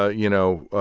ah you know,